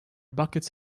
buckets